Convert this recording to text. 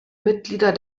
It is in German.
mitglieder